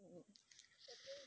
hmm hmm